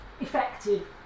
effective